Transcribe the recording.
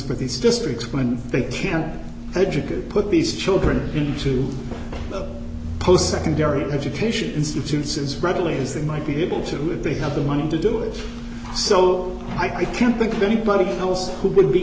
for these districts when they can't educate put these children into post secondary education institutions readily as they might be able to do it they have the money to do it so i can't think of anybody else who could be